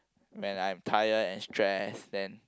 when I'm tired and stress then